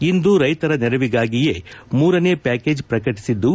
ಇಂದು ರೈತರ ನೆರವಿಗಾಗಿಯೇ ಮೂರನೇ ಪ್ಲಾಕೇಜ್ ಪ್ರಕಟಿಸಿದ್ದು